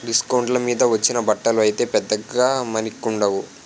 డిస్కౌంట్ల మీద వచ్చిన బట్టలు అయితే పెద్దగా మన్నికుండవు